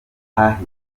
kahise